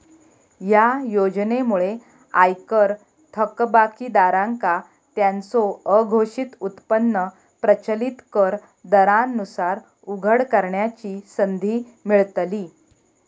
या योजनेमुळे आयकर थकबाकीदारांका त्यांचो अघोषित उत्पन्न प्रचलित कर दरांनुसार उघड करण्याची संधी मिळतली